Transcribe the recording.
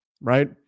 right